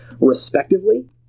respectively